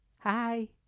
Hi